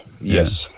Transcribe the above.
yes